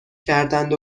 کردند